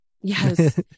Yes